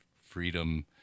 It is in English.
freedom